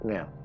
Now